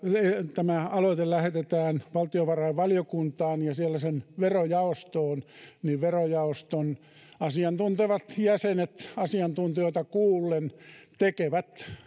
tämä aloite lähetetään valtiovarainvaliokuntaan ja siellä sen verojaostoon niin verojaoston asiantuntevat jäsenet asiantuntijoita kuullen tekevät